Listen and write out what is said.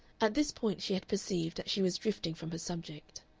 at this point she had perceived that she was drifting from her subject.